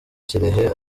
kirehe